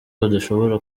badashobora